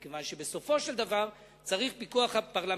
מכיוון שבסופו של דבר צריך פיקוח פרלמנטרי.